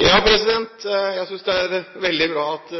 Jeg synes det er veldig bra at